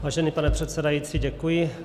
Vážený pane předsedající, děkuji.